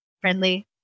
friendly